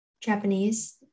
Japanese